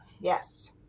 Yes